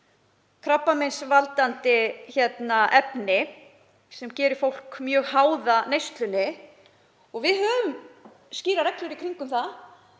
krabbameinsvaldandi efni sem gerir fólk mjög háð neyslunni. Við höfum skýrar reglur í kringum það.